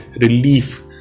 relief